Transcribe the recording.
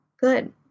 good